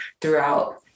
throughout